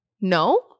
No